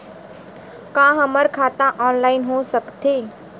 का हमर खाता ऑनलाइन हो सकथे?